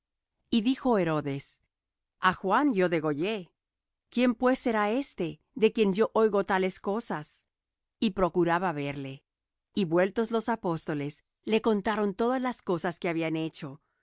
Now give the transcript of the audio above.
y dijo herodes a juan yo degollé quién pues será éste de quien yo oigo tales cosas y procuraba verle y vueltos los apóstoles le contaron todas las cosas que habían hecho